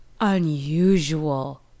unusual